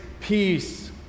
peace